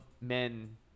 men